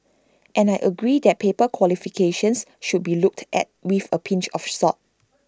and I agree that paper qualifications should be looked at with A pinch of salt